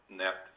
net